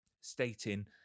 stating